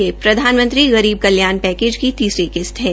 यह प्रधानमंत्री गरीब कल्याण पैकेज की तीसरी किस्त है